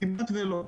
כמעט ולא.